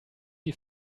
die